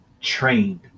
trained